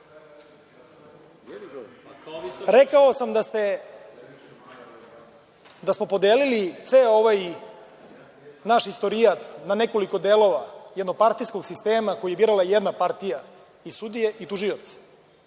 Rekao sam da smo podelili ceo ovaj naš istorijat na nekoliko delova, jednopartijskog sistema koji je birala jedna partija, i sudije i tužioci,